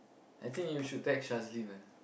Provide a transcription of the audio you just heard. I think you should text Shazlin ah